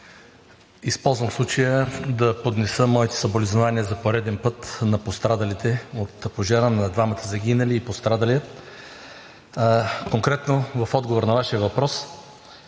използвам случая да поднеса моите съболезнования за пореден път на пострадалите при пожара на двамата загинали и пострадали! Конкретно в отговор на Вашия въпрос.